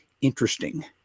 interesting